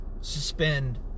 suspend